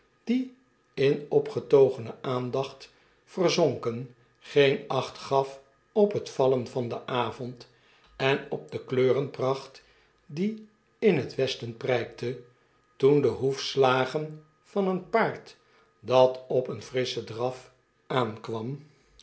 die in opgetogene aandacht verzonken geen acht gaf op hetvallen van den avond en op de kleurenpracht die in het westen rykte toen de hoefslagen van een paard dat op een frisschen draf aankwam